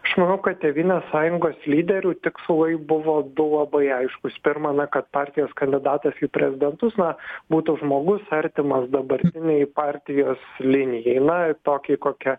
aš manau kad tėvynės sąjungos lyderių tikslai buvo du labai aiškūs pirma na kad partijos kandidatas į prezidentus na būtų žmogus artimas dabartinei partijos linijai na tokiai kokią